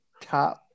top